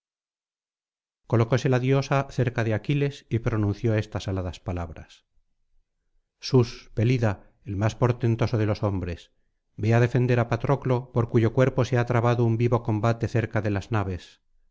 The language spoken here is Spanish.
colocóse la diosa cerca de aquiles y pronunció estas aladas palabras sus pelida el más portentoso de los hombresl ve á defender á patroclo por cuyo cuerpo se ha trabado un vivo combate cerca de las naves